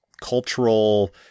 cultural